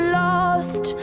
lost